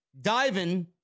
diving